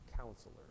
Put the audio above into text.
Counselor